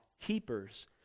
keepers